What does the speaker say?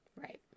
Right